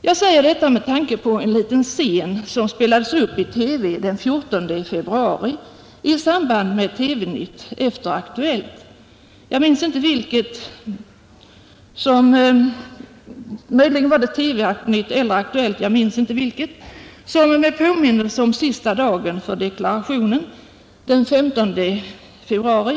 Jag säger detta med tanke på en liten scen, som spelades upp i TV den 14 februari i samband med TV-nytt eller Aktuellt — jag minns inte vilketdera — med påminnelse om sista deklarationsdagen den 15 februari.